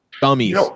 dummies